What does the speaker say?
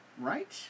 right